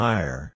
Higher